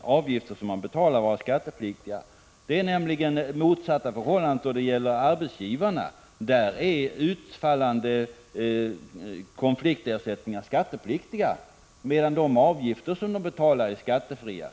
avgifter man betalar vara skattepliktiga. Det är nämligen de motsatta förhållandet för arbetsgivarna. Där är utfallande konfliktersättningar skattepliktiga, medan de avgifter de betalar är skattefria.